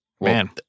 man